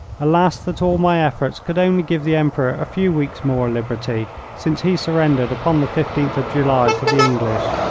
alas! that all my efforts could only give the emperor a few weeks more liberty, since he surrendered upon the fifteenth of july to the english.